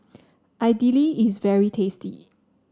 idili is very tasty